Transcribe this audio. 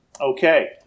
Okay